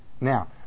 now